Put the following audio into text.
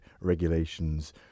regulations